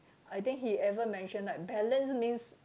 I think he ever mention like balance means